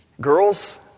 Girls